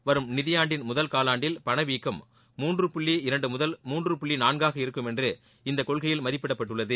வரும் நிதியாண்டின் முதல் காவாண்டில் பணவீக்கம் மூன்று புள்ளி இரண்டு முதல் மூன்று புள்ளி நான்காக இருக்கும் என்று இந்த கொள்கையில் மதிப்பிடப்பட்டுள்ளது